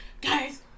guys